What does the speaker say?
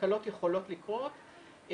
תקלות יכולות לקרות,